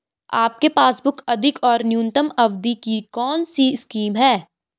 आपके पासबुक अधिक और न्यूनतम अवधि की कौनसी स्कीम है?